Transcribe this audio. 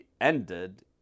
ended